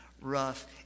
rough